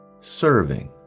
Serving